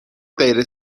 غیر